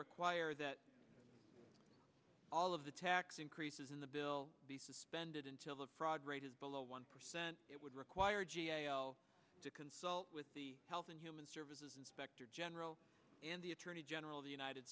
require that all of the tax increases in the bill be suspended until the fraud rate is below one percent it would require to consult with the health and human services inspector general and the attorney general of the united